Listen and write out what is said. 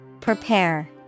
Prepare